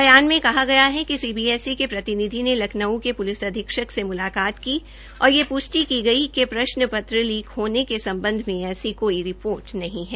बयान में कहा गया है कि सीबीएसई के प्रतिनिधि ने लखनउ के पुलिस अधीक्षक से मुलाकात की और यह पुष्टि की गई है कि प्रश्न पत्र लीक होने के संबंध में ऐसी कोई रिपोर्ट नहीं है